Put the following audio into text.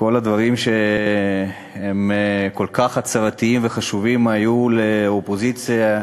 כל הדברים שהם כל כך הצהרתיים וחשובים היו לאופוזיציה,